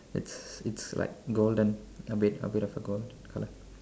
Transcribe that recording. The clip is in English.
it's it's like golden a bit a bit of a gold colour